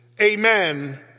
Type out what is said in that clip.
amen